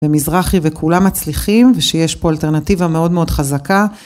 ומזרחי וכולם מצליחים ושיש פה אלטרנטיבה מאוד מאוד חזקה